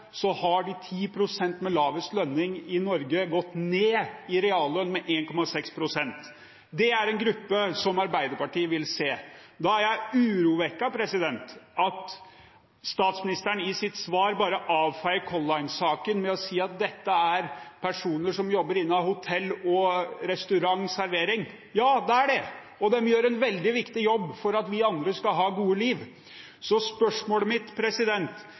i reallønn med 1,6 pst. Det er en gruppe som Arbeiderpartiet vil se. Da er jeg urovekket over at statsministeren i sitt svar bare avfeier Color Line-saken med å si at dette er personer som jobber innen hotell, restaurant og servering. Ja, det er det, og de gjør en veldig viktig jobb for at vi andre skal ha gode liv. Så spørsmålet mitt